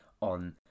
on